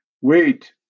Wait